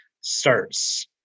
starts